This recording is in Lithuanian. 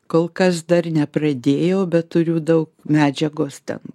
kol kas dar nepradėjau bet turiu daug medžiagos ten